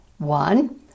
One